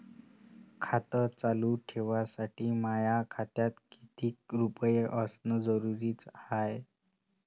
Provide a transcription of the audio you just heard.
खातं चालू ठेवासाठी माया खात्यात कितीक रुपये असनं जरुरीच हाय?